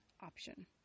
option